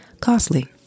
costly